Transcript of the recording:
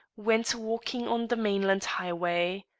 went walking on the mainland highway.